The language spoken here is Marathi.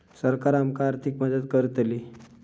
सरकार आमका आर्थिक मदत करतली?